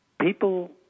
people